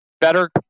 better